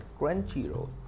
Crunchyroll